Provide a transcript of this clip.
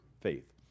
faith